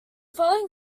following